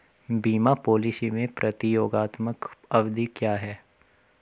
बीमा पॉलिसी में प्रतियोगात्मक अवधि क्या है?